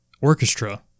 orchestra